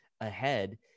ahead